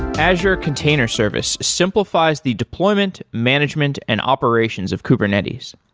azure container service simplifies the deployment, management and operations of kubernetes.